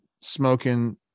smoking